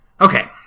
Okay